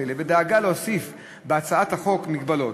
אלה ודאגה להוסיף בהצעת החוק מגבלות,